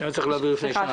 שהיה צריך להעביר לפני שנה.